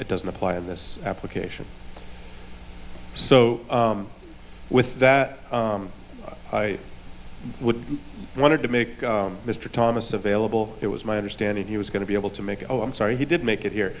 it doesn't apply in this application so with that i would want to make mr thomas available it was my understanding he was going to be able to make oh i'm sorry he did make it here